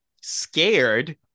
scared